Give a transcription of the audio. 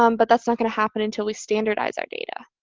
um but that's not going to happen until we standardize our data.